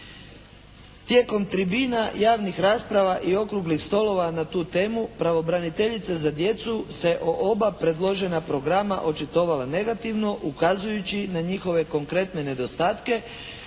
Tijekom tribina, javnih rasprava i okruglih stolova na tu temu pravobraniteljica za djecu se o oba predložena programa očitovala negativno ukazujući na njihove konkretne nedostatke